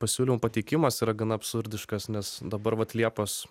pasiūlymų pateikimas yra gana absurdiškas nes dabar vat liepos